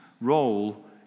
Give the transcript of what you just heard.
role